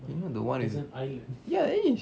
you know the one in ya there is